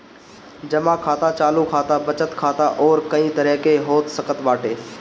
जमा खाता चालू खाता, बचत खाता अउरी कई तरही के हो सकत बाटे